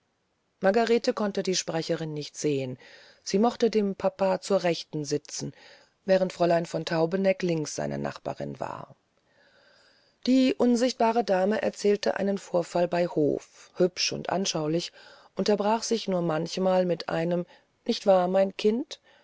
margarete konnte die sprecherin nicht sehen sie mochte dem papa zur rechten sitzen während fräulein von taubeneck links seine nachbarin war die unsichtbare dame erzählte einen vorfall bei hofe hübsch und anschaulich und unterbrach sich nur manchmal mit einem nicht wahr mein kind